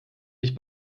nicht